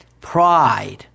pride